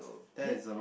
ya